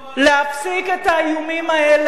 להפסיק את האיומים האלה.